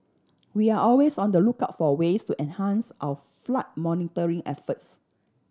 we are always on the lookout for ways to enhance our flood monitoring efforts